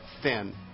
thin